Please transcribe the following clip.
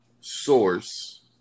source